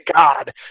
God